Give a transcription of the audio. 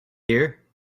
here